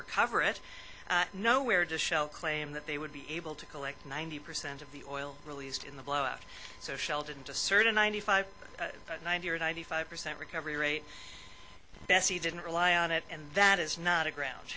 recover it nowhere does shell claim that they would be able to collect ninety percent of the oil released in the blowout so sheltered to certain ninety five ninety or ninety five percent recovery rate bessie didn't rely on it and that is not a ground